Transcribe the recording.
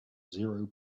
zero